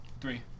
Three